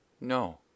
No